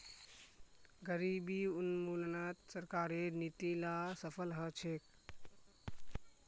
गरीबी उन्मूलनत सरकारेर नीती ला सफल ह छेक